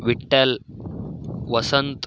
Vitthal Vasant